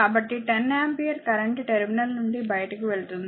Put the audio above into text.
కాబట్టి 10 ampere current terminal నుండి బయటికి వెళ్తుంది